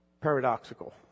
paradoxical